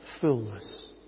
fullness